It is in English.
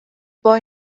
boy